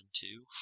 two